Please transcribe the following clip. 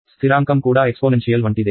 స్థిరాంకం కూడా ఎక్స్పోనెన్షియల్ వంటిదే